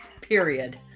Period